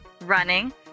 running